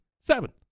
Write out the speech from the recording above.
seven